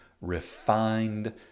refined